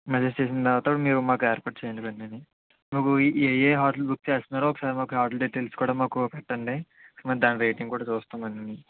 message చేసిన తర్వాత మీరు మాకు ఏర్పాటు చేయండి వెంటనే మాకు ఏ ఏ హోటల్ బుక్ చేస్తున్నారో ఒకసారి మాకు ఆ హోటల్ డీటెయిల్స్ కూడా మాకు పెట్టండి దాని రేటింగ్ కూడా చూస్తాము మేము